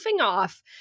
off